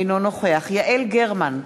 אינו נוכח יעל גרמן,